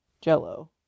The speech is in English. jello